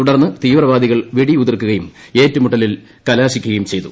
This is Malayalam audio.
തുടർന്ന് ത്രീവ്രിവാദികൾ വെടിയുതിർക്കുകയും ഏറ്റുമുട്ടലിൽ കലാശിക്കുകയും ചെയ്തു